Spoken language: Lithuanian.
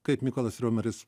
kaip mykolas riomeris